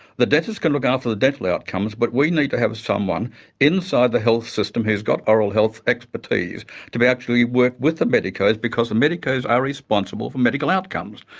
the dentists can look after the dental outcomes, but we need to have someone inside the health system who's got oral health expertise to actually work with the medicos because the medicos are responsible for medical outcomes.